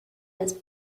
las